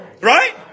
Right